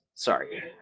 Sorry